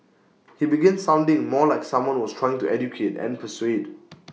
he began sounding more like someone who was trying to educate and persuade